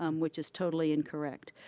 um which is totally incorrect.